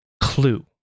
clue